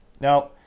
Now